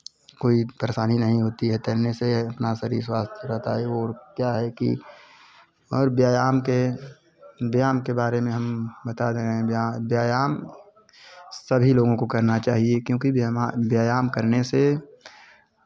कोई परेशानी नहीं होती है तैरने से अपना शरीर स्वस्थ रहता है ओर क्या है कि और व्यायाम के व्यायाम के बारे में हम बता दे रहे हैं व्या व्यायाम सभी लोगों को करना चाहिए क्योंकि व्यामा व्यायाम करने से